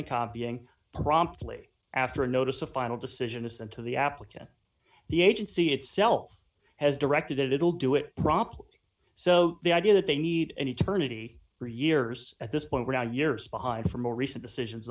and copying promptly after a notice a final decision to send to the applicant the agency itself has directed that it will do it promptly so the idea that they need an eternity for years at this point we're now years behind for more recent decisions